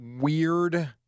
weird